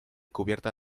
cubierta